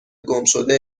گمشده